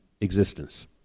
existence